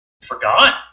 forgot